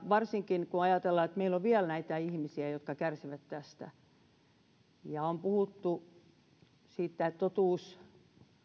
varsinkin kun ajatellaan että meillä on vielä näitä ihmisiä jotka kärsivät tästä on puhuttu siitä totuuskomiteasta